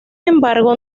embargo